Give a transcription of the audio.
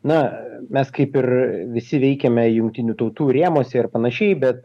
na mes kaip ir visi veikiame jungtinių tautų rėmuose ir panašiai bet